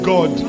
God